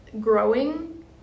growing